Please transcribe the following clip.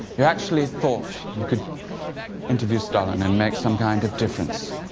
you actually thought you could interview stalin and make some kind of difference,